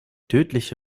tödliche